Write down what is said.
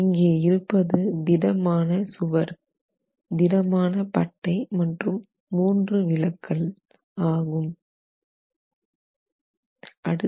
இங்கே இருப்பது திடமான சுவர் திடமான பட்டை மற்றும் 3 விலக்கல் Δ 1 Δ 2 and Δ 3 ஆகும்